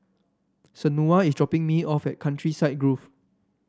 Shaunna is dropping me off at Countryside Grove